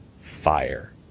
fire